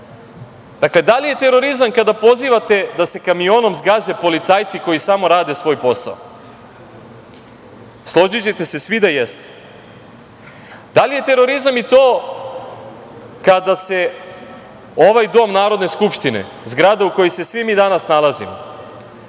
ovo? Dakle, da li je terorizam kada pozivate da se kaminom zgaze policajci koji samo rade svoj posao? Složićete se svi da jeste. Da li je terorizam i to kada se ovaj dom Narodne skupštine, zgrada u kojoj se svi mi danas nalazimo,